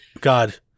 God